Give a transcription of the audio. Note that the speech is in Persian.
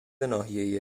ناحیه